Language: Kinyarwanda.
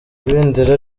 ibendera